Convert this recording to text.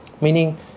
meaning